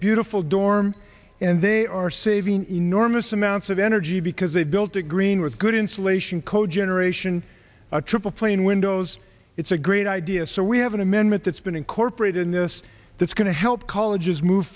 beautiful dorm and they are saving enormous amounts of energy because they built a green with good insulation cogeneration a triple play in windows it's a great idea so we have an amendment that's been incorporated in this that's going to help colleges move